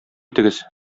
итегез